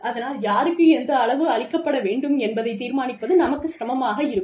அதனால் யாருக்கு எந்த அளவு அளிக்கப்பட வேண்டும் என்பதை தீர்மானிப்பது நமக்கு சிரமமாக இருக்கும்